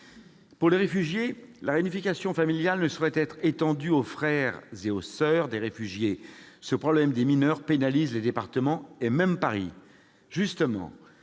les réfugiés, la réunification familiale ne saurait être étendue aux frères et aux soeurs. Ce problème des mineurs pénalise les départements, même Paris.